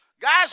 Guys